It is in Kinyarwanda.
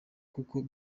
kuko